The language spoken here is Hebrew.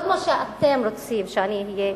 לא כמו שאתם רוצים שאני אהיה,